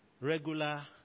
regular